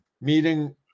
meeting